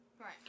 Right